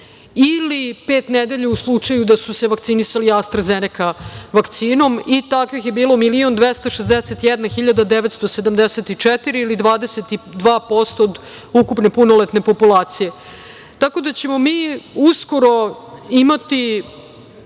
ili pet nedelja u slučaju da su se vakcinisali Astra zeneka vakcinom. Takvih je bilo 1.261.974 ili 22% od ukupne punoletne populacije. Mi ćemo uskoro imati